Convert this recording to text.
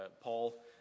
Paul